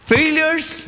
Failures